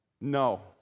No